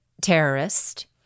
terrorist